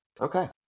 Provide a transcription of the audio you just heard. Okay